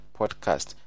podcast